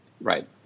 Right